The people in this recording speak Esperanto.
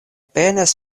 penas